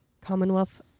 Commonwealth